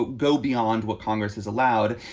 go beyond what congress is allowed,